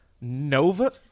Nova